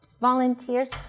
Volunteers